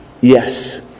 Yes